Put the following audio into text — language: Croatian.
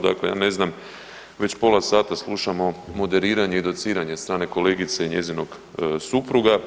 Dakle, ja ne znam već pola sata slušamo moderiranje i dociranje od strane kolegice i njezinog supruga.